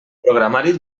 programari